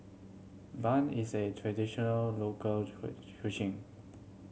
bun is a traditional local